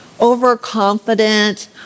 overconfident